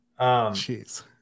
Jeez